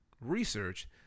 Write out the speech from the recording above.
research